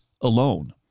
alone